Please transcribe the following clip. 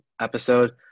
episode